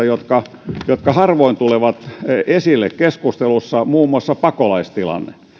jotka jotka harvoin tulevat esille keskustelussa muun muassa pakolaistilanne